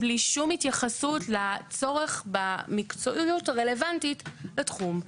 בלי שום התייחסות לצורך במקצועיות הרלוונטית לתחום.